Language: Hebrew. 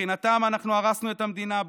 מבחינתם אנחנו הרסנו את המדינה.